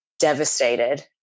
devastated